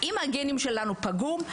האם הגנים שלנו פגומים?